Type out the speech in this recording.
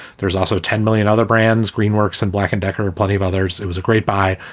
there's also ten million other brands. green works in black and decker. plenty of others. it was a great buy.